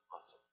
awesome